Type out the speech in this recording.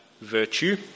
virtue